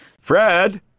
Fred